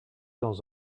dans